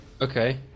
Okay